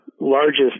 largest